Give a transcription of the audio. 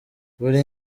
buri